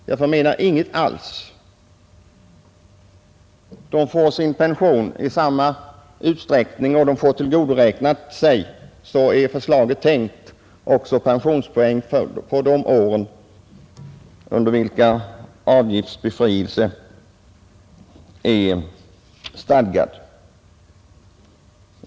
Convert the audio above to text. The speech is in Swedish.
Jag förmenar: Inga alls. De får sin pension i samma utsträckning, och de får också tillgodoräkna sig — så är förslaget tänkt — pensionspoäng på de år under vilka avgiftsbefrielse är stadgad.